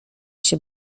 się